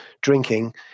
drinking